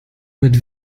mit